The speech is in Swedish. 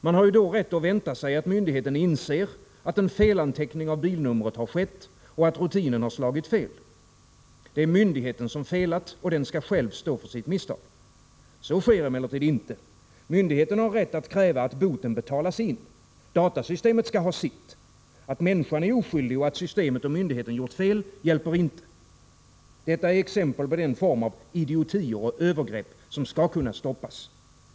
Man har då rätt att vänta sig att myndigheten inser att en felanteckning av bilnumret har skett och att rutinen har slagit fel. Det är myndigheten som felat, och den skall själv stå för sitt misstag. Så sker emellertid inte. Myndigheten har rätt att kräva att boten betalas in. Datasystemet skall ha sitt. Att människan är oskyldig och att systemet och myndigheten har gjort fel hjälper inte. Detta är exempel på den form av idiotier och övergrepp som skall kunna stoppas.